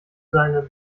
seinem